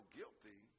guilty